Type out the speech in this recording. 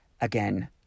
again